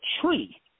tree